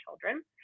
children